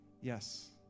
Yes